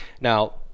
Now